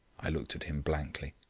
i looked at him blankly.